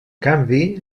canvi